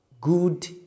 good